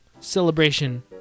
celebration